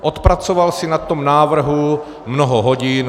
Odpracoval si na tom návrhu mnoho hodin.